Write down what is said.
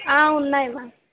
ఉన్నాయి మ్యామ్